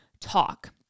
talk